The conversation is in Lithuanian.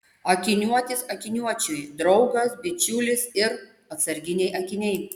akiniuotis akiniuočiui draugas bičiulis ir atsarginiai akiniai